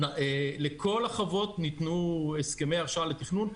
לכל החוות ניתנו הסכמי הרשאה לתכנון,